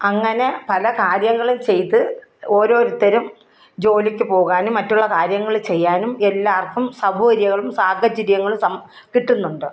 അങ്ങനെ പല കാര്യങ്ങളും ചെയ്ത് ഓരോരുത്തരും ജോലിക്ക് പോകാനും മറ്റുള്ള കാര്യങ്ങൾ ചെയ്യാനും എല്ലാവർക്കും സൗകര്യവും സാഹചര്യങ്ങളും കിട്ടുന്നുണ്ട്